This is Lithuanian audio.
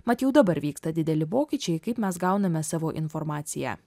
mat jau dabar vyksta dideli pokyčiai kaip mes gauname savo informaciją